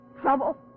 trouble